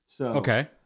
Okay